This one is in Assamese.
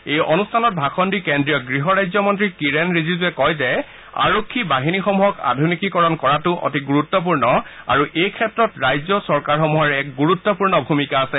এই অনুষ্ঠানতে ভাষণ দি কেন্দ্ৰীয় গৃহৰাজ্য মন্ত্ৰী কিৰেণ ৰিজিজুৱে কয় যে আৰক্ষী বাহিনীসমূহক আধুনিকীকৰণ কৰাটো অতি গুৰুত্বপূৰ্ণ আৰু এইক্ষেত্ৰত ৰাজ্য চৰকাৰসমূহৰ এক গুৰুত্বপূৰ্ণ ভূমিকা আছে